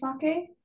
sake